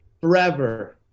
Forever